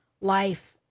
life